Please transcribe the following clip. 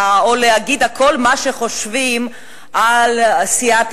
או להגיד כל מה שחושבים על סיעת